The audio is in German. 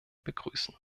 begrüßen